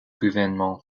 gouvernent